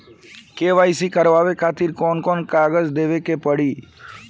KYC करवावे खातिर कौन कौन कागजात देवे के पड़ी?